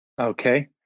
Okay